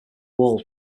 walls